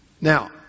Now